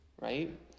right